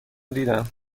دیدم